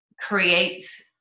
creates